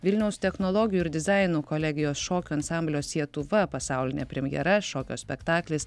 vilniaus technologijų ir dizaino kolegijos šokių ansamblio sietuva pasaulinė premjera šokio spektaklis